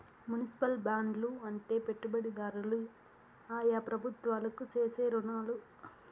municipal బాండ్లు అంటే పెట్టుబడిదారులు ఆయా ప్రభుత్వాలకు చేసే రుణాలు